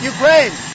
Ukraine